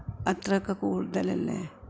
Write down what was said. അത്രയൊക്കെ കൂടുതലല്ലേ